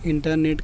internet